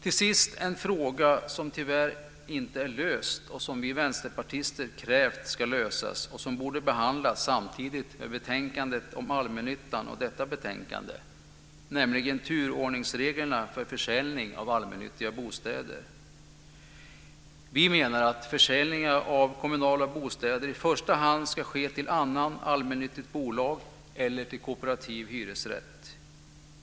Det finns en fråga som tyvärr inte har lösts och som vi vänsterpartister har krävt ska lösas. Den borde ha behandlats samtidigt i betänkandet om allmännyttan och i detta betänkande. Det gäller frågan om turordningsreglerna för försäljning av allmännyttiga bostäder. Vi menar att försäljningar av kommunala bostäder i första hand ska ske till annat allmännyttigt bolag eller till kooperativ hyresrätt.